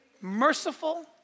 merciful